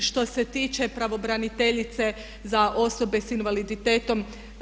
Što se tiče pravobraniteljice za osobe s invaliditetom.